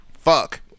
fuck